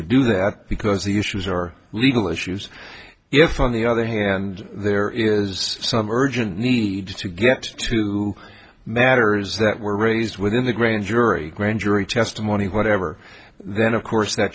to do that because the issues are legal issues if on the other hand there is some urgent need to get to matters that were raised within the grand jury grand jury testimony whatever then of course that